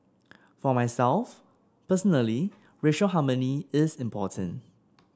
for myself personally racial harmony is important